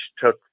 took